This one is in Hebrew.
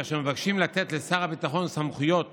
כאשר מבקשים לתת לשר הביטחון סמכויות